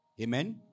Amen